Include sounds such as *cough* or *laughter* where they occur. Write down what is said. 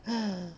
*noise*